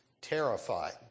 terrified